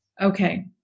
Okay